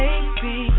Baby